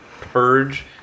purge